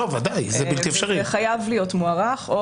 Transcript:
זה חייב להיות מוארך.